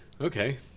Okay